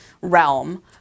realm